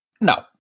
No